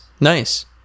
Nice